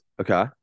Okay